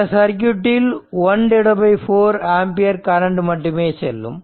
இந்த சர்க்யூட்டில் 14 ampere current மட்டுமே செல்லும்